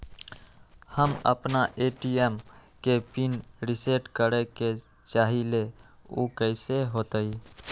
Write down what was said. हम अपना ए.टी.एम के पिन रिसेट करे के चाहईले उ कईसे होतई?